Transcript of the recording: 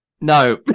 No